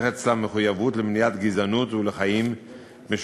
אצלם מחויבות למניעת גזענות ולחיים משותפים.